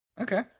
Okay